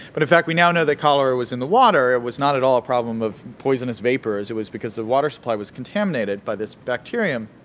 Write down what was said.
but, in fact, we now know that cholera was in the water. it was not at all a problem of poisonous vapors it was because the water supply was contaminated by this bacterium.